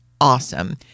awesome